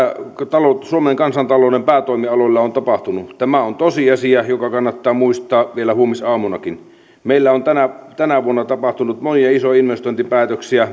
suomen kansantalouden päätoimialoilla on tapahtunut tämä on tosiasia joka kannattaa muistaa vielä huomisaamunakin meillä on tänä tänä vuonna tapahtunut monia isoja investointipäätöksiä